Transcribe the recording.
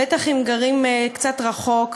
בטח אם גרים קצת רחוק.